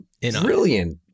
brilliant